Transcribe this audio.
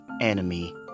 enemy